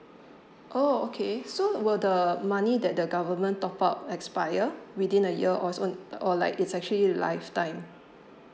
oh okay so will the money that the government top up expire within a year or so it or like it's actually lifetime